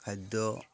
ଖାଦ୍ୟ